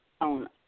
on